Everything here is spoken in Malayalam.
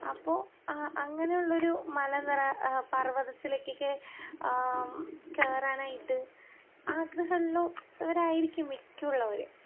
അപ്പോൾ ആ അങ്ങനെയുള്ളൊരു മലനിര പർവ്വതത്തിലേക്കൊക്കെ കയറാനായിട്ട് ആഗ്രഹമുള്ള വരായിരിക്കും മിക്കുള്ളവർ